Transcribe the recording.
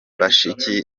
bashiki